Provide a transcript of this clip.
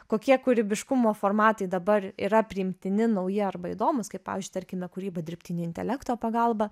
kokie kūrybiškumo formatai dabar yra priimtini nauji arba įdomūs kaip pavyzdžiui tarkime kūryba dirbtinio intelekto pagalba